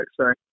sorry